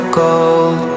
gold